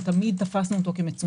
תמיד תפסנו את שיקול הדעת שלנו כמצומצם.